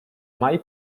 mai